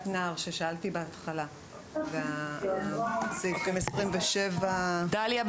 נער ששאלתי עליו בהתחלה בסעיף 27. דליה,